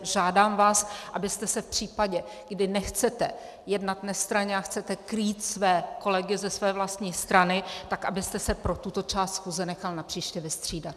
Žádám vás, abyste se v případě, kdy nechcete jednat nestranně a chcete krýt své kolegy ze své vlastní strany, pro tuto část schůze nechal napříště vystřídat.